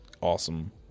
Awesome